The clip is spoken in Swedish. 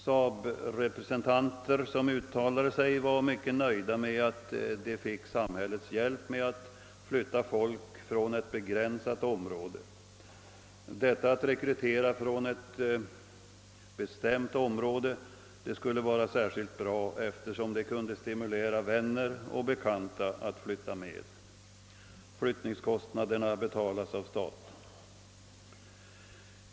SAAB-representanter som uttalade sig var mycket nöjda med att de fick samhällets hjälp att flytta människor från ett begränsat område. Detta att rekrytera från ett bestämt område sades vara särskilt bra eftersom vänner och bekanta då stimulerades att flytta med. Flyttningskostnaderna betalas av staten.